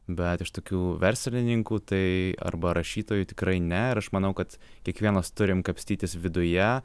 bet iš tokių verslininkų tai arba rašytojų tikrai ne ir aš manau kad kiekvienas turim kapstytis viduje